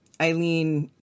Eileen